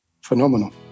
phenomenal